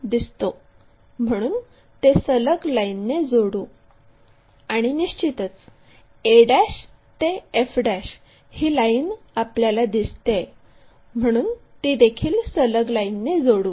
म्हणून ते सलग लाईनने जोडू आणि निश्चितच a ते f ही लाईन आपल्याला दिसतेय म्हणून ती देखील सलग लाईनने जोडू